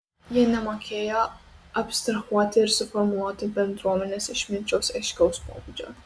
jie nemokėjo abstrahuoti ir suformuluoti bendruomenės išminčiaus aiškaus pobūdžio